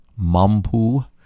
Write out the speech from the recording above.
Mampu